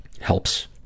helps